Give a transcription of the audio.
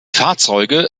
fahrzeuge